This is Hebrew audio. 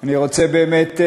אני רוצה באמת,